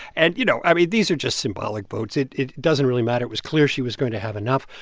and, you know, i mean, these are just symbolic votes. it it doesn't really matter. it was clear she was going to have enough.